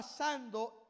pasando